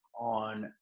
on